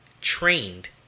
trained